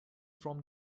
from